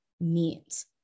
meet